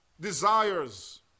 desires